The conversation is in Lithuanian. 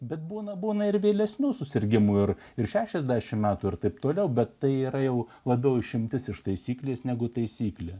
bet būna būna ir vėlesnių susirgimų ir ir šešiasdešim metų ir taip toliau bet tai yra jau labiau išimtis iš taisyklės negu taisyklė